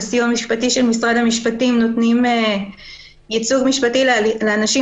בסיוע המשפטי של משרד המשפטים נותנים ייצוג משפטי לאנשים